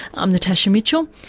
i'm natasha mitchell,